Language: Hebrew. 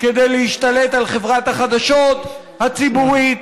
כדי להשתלט על חברת החדשות הציבורית,